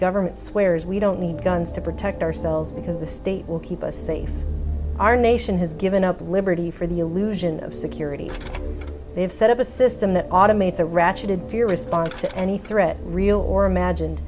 government swears we don't need guns to protect ourselves because the state will keep us safe our nation has given up liberty for the illusion of security they have set up a system that automates a ratcheted fear response to any threat real or imagined